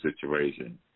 situation